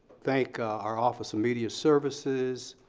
thank our office of media services.